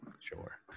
sure